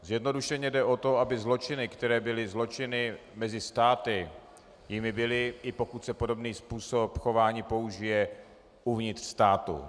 Zjednodušeně jde o to, aby zločiny, které byly zločiny mezi státy, jimi byly, i pokud se podobný způsob chování použije uvnitř státu.